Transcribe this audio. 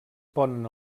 ponen